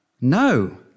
No